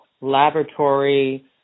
laboratory